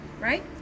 Right